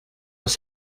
les